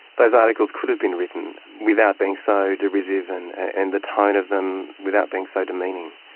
those articles could've been written without being so derisive. and and the tone of them, without being so demeaning.